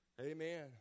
Amen